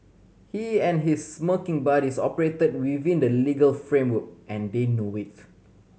he and his smirking buddies operate within the legal framework and they know it